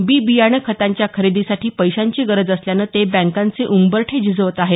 बी बियाणं खतांच्या खरेदीसाठी पैशांची गरज असल्यानं ते बँकांचे उंबरठे झिजवत आहेत